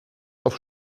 auf